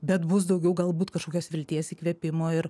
bet bus daugiau galbūt kažkokios vilties įkvėpimo ir